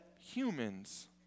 humans